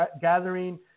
gathering